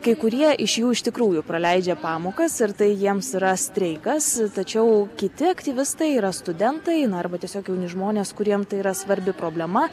kai kurie iš jų iš tikrųjų praleidžia pamokas ir tai jiems yra streikas tačiau kiti aktyvistai yra studentai na arba tiesiog jauni žmonės kuriem tai yra svarbi problema